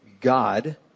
God